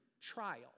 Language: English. trial